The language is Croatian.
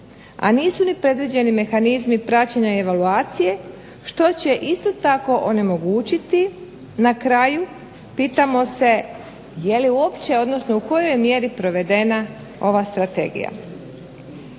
a nisu ni predviđeni mehanizmi praćenja evaluacije što će isto tako onemogućiti, na kraju pitamo se je li uopće, odnosno u kojoj je mjeri provedena ova strategija.